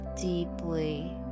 deeply